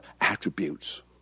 attributes